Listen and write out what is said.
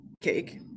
cake